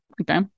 Okay